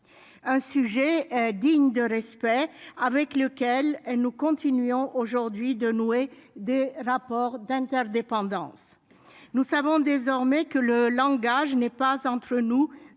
un sujet digne de respect, avec lequel nous continuons aujourd'hui de nouer des liens d'interdépendance. Nous savons désormais que le langage n'est pas une